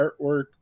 artwork